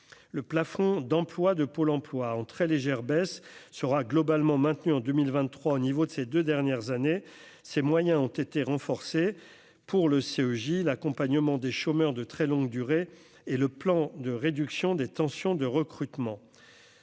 le plafond d'emplois de Pôle emploi en très légère baisse sera globalement maintenue en 2000 23 au niveau de ces 2 dernières années, ces moyens ont été renforcées pour le CEJ l'accompagnement des chômeurs de très longue durée et le plan de réduction des tensions de recrutement